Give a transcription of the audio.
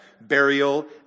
burial